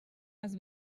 les